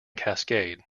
cascade